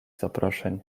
zaproszeń